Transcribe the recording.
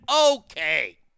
Okay